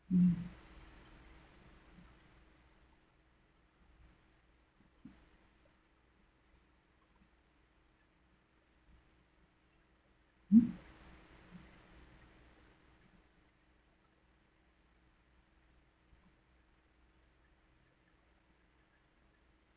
mm mm